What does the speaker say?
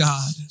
God